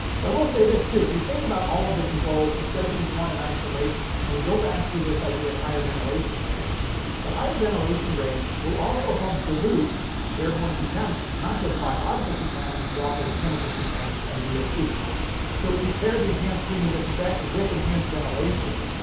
but i will say this, too if you think about all of the controls instead of each one in isolation, and we go back to this idea of higher ventilation rates well, higher ventilation rates will also help dilute airborne contaminants. not just biological contaminants, but also chemical contaminants and vocs. so if you pair the enhanced cleaning and disinfection with enhanced ventilation,